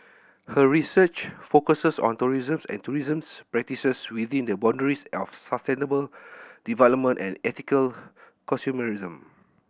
her research focuses on tourism and tourism's practices within the boundaries of sustainable development and ethical consumerism